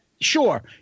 sure